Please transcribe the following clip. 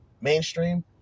mainstream